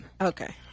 Okay